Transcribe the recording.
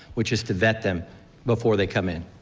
which is to vet them before they come in.